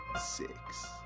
Six